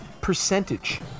percentage